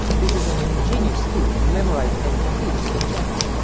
this is an ingenious tool to memorize and teach the chants.